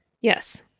Yes